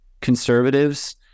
conservatives